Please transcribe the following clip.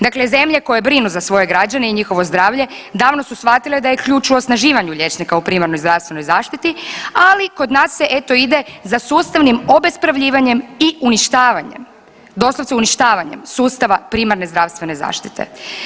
Dakle, zemlje koje brinu za svoje građane i njihovo zdravlje davno su shvatile da je ključ u osnaživanju liječnika u primarnoj zdravstvenoj zaštiti, ali kod nas se eto ide za sustavnim obespravljivanjem i uništavanjem, doslovce uništavanjem sustava primarne zdravstvene zaštite.